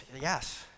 Yes